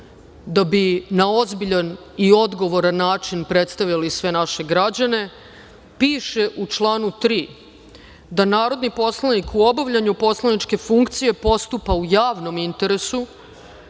da bi na ozbiljan i odgovoran način predstavljali sve naše građane, piše u članu 3. da narodni poslanik u obavljanju poslaničke funkcije postupa u javnom interesu,